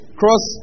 cross